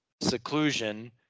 seclusion